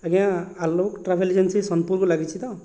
ଆଜ୍ଞା Alok travel agency ସୋନପୁରକୁ ଲାଗିଛି ତ